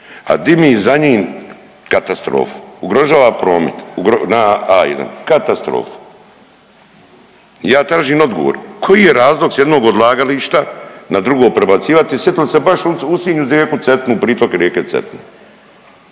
A dimi za njim katastrofa, ugrožava promet na A1, katastrofa. I ja tražim odgovor koji je razlog s jednog odlagališta na drugo pribacivati i sitili se baš u Sinju uz rijeku Cetinu, pritok rijeke Cetine.